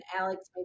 alex